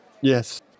Yes